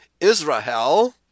Israel